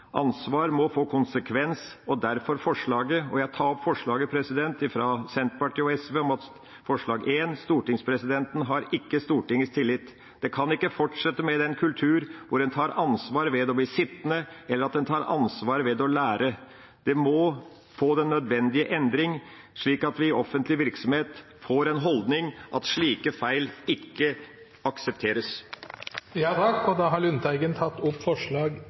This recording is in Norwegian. Ansvar må plasseres, ansvar må få konsekvens, derfor forslaget. Jeg tar opp forslaget fra Senterpartiet og SV, forslag nr. 1: «Stortingspresidenten har ikke Stortingets tillit.» Det kan ikke fortsette med den kultur der en tar ansvar ved å bli sittende, eller der en tar ansvar ved å lære. Det må få den nødvendige endring, slik at vi i offentlig virksomhet får den holdning at slike feil ikke aksepteres. Representanten Per Olaf Lundteigen har tatt opp